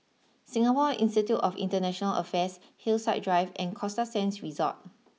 Singapore Institute of International Affairs Hillside Drive and Costa Sands Resort